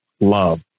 love